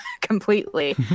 completely